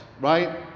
right